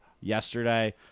yesterday